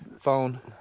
Phone